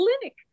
clinic